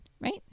right